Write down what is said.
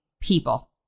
people